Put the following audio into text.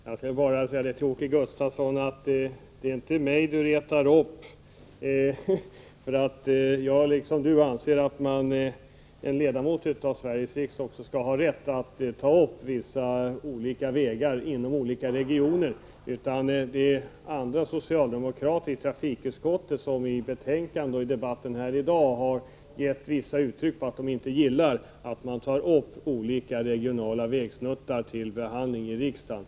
Herr talman! Jag skall bara säga till Åke Gustavsson att det inte är mig han retar upp. Jag anser liksom han att en ledamot av Sveriges riksdag skall ha rätt att ta upp vägar inom olika regioner till diskussion. Men andra socialdemokrater i trafikutskottet har i betänkandet och i debatten här i dag givit uttryck för att de inte gillar att man tar upp regionala vägsnuttar till behandling i riksdagen.